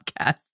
podcast